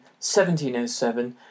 1707